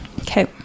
okay